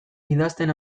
idazten